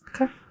okay